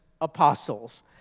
apostles